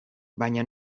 baina